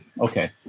okay